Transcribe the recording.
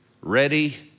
ready